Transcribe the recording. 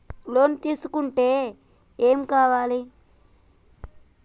Loan తీసుకుంటే ఏం కావాలి?